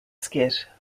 skit